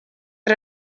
are